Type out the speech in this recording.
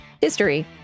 History